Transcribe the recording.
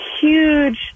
huge